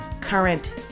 current